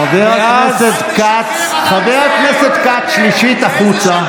חבר הכנסת כץ, שלישית, החוצה.